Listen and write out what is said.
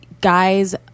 guys